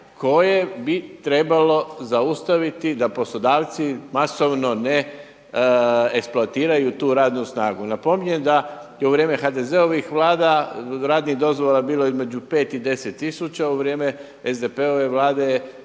koje bi trebalo zaustaviti da poslodavci masovno ne eksploatiraju tu radnu snagu. Napominjem da i u vrijeme HDZ-ovih vlada radnih dozvola bilo između pet i deset tisuća, u vrijeme SDP-ove vlade